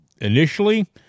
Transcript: initially